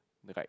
the right